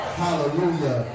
hallelujah